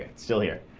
still here.